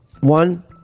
One